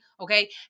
Okay